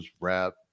wrap